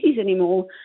anymore